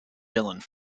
dylan